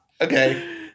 Okay